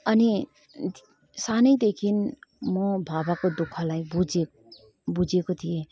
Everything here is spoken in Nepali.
अनि सानैदेखिन् म बाबाको दुःखलाई बुझेँ बुझेको थिएँ